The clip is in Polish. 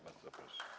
Bardzo proszę.